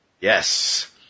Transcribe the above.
Yes